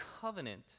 covenant